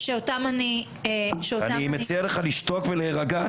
אני מציע לך לשתוק ולהירגע.